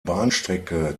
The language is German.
bahnstrecke